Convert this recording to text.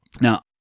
Now